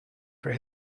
for